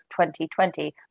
2020